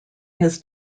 his